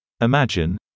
Imagine